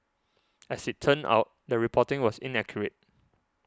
as it turned out the reporting was inaccurate